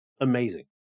amazing